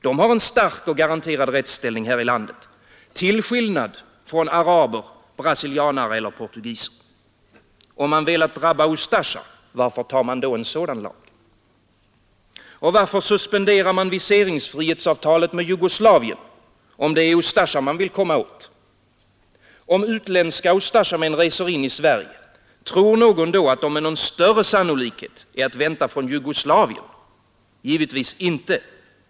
De har en stark och garanterad rättsställning här i landet — till skillnad från araber, brasilianare eller portugiser. Om man velat drabba Ustasja, varför tar man då en sådan lag? Och varför suspenderar man viseringsfrihetsavtalet med Jugoslavien, om det är Ustasja man vill komma åt? Om utländska Ustasja-män reser in i Sverige, tror någon då att de med någon större sannolikhet är att vänta från Jugoslavien? Givetvis inte.